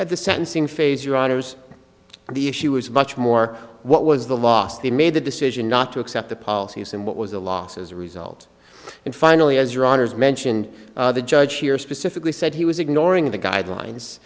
at the sentencing phase your honour's the issue is much more what was the last they made the decision not to accept the policies and what was the loss as a result and finally as your honour's mentioned the judge here specifically said he was ignoring the guidelines